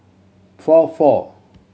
four four